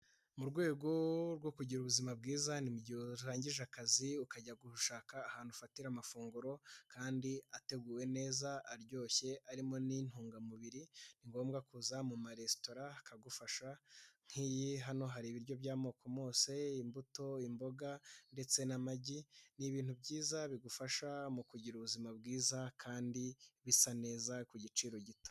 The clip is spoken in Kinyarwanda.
Mu rwego rwo kugira ubuzima bwiza ni mu gihe urangije akazi ukajya gushaka ahantu ufatira amafunguro, kandi ateguwe neza aryoshye harimo n'intungamubiri, ni ngombwa kuza mu maresitora akagufasha nk'iyi hano hari ibiryo by'amoko yose imbuto, imboga ndetse n'amagi, ni ibintu byiza bigufasha mu kugira ubuzima bwiza kandi bisa neza ku giciro gito.